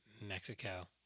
Mexico